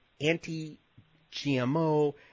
anti-GMO